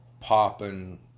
popping